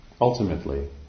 ultimately